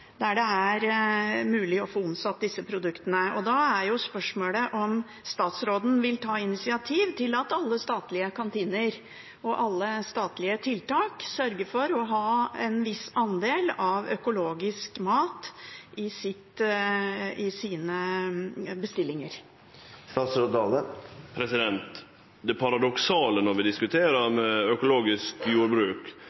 der det er mulig å få omsatt disse produktene. Spørsmålet er om statsråden vil ta initiativ til at alle statlige kantiner og alle statlige tiltak sørger for å ha en viss andel av økologisk mat i sine bestillinger. Det paradoksale når vi diskuterer